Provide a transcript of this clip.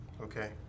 Okay